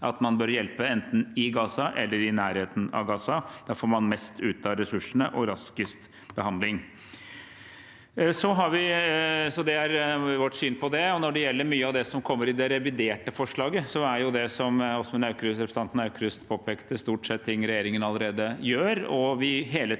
at man bør hjelpe enten i Gaza eller i nærheten av Gaza. Da får man mest ut av ressursene og raskest behandling. Så det er vårt syn på det. Når det gjelder mye av det som kommer i det reviderte forslaget, er det, som representanten Aukrust påpekte, stort sett ting regjeringen allerede gjør,